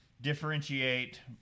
differentiate